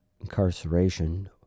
Incarceration